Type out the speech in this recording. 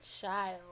Child